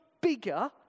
bigger